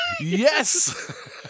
Yes